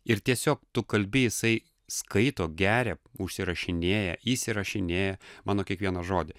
ir tiesiog tu kalbi jisai skaito geria užsirašinėja įsirašinėja mano kiekvieną žodį